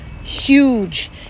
huge